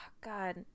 God